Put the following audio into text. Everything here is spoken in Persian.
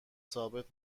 ثابت